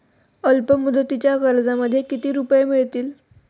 अल्पमुदतीच्या कर्जामध्ये किती रुपये मिळतील?